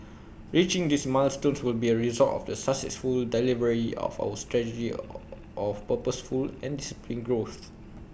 reaching these milestones will be A result of the successful delivery of our strategy of purposeful and disciplined growth